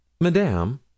Madame